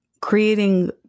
creating